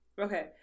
okay